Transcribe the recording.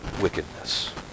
wickedness